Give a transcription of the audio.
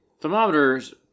thermometers